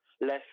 left